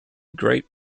great